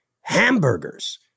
hamburgers